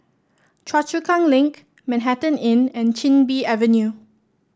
Choa Chu Kang Link Manhattan Inn and Chin Bee Avenue